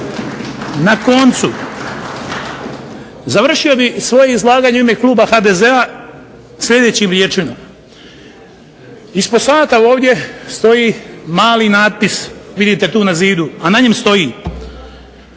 Na koncu, završio bih svoje izlaganje u ime kluba HDZ-a sljedećim riječima. Ispod sata ovdje stoji mali natpis, vidite tu na zidu, a na njem stoji